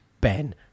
Ben